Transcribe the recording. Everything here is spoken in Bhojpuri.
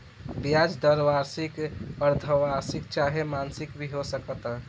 ब्याज दर वार्षिक, अर्द्धवार्षिक चाहे मासिक भी हो सकता